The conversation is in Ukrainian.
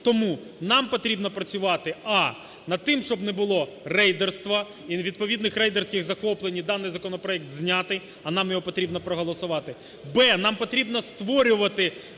Тому нам потрібно працювати: а)над тим, щоб не було рейдерства і відповідних рейдерських захоплень, і даний законопроект зняти, а нам його потрібно проголосувати; б) нам потрібно створювати